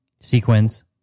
sequence